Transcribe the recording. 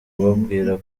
kubabwira